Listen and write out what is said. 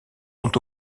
sont